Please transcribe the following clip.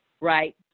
right